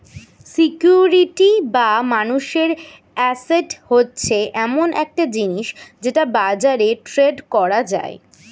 security বা মানুষের asset হচ্ছে এমন একটা জিনিস যেটা বাজারে ট্রেড করা যায়